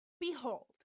behold